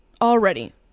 already